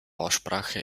aussprache